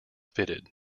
fitted